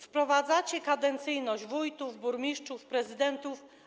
Wprowadzacie kadencyjność wójtów, burmistrzów i prezydentów.